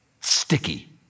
sticky